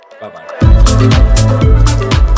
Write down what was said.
Bye-bye